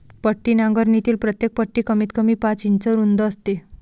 पट्टी नांगरणीतील प्रत्येक पट्टी कमीतकमी पाच इंच रुंद असते